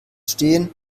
stehen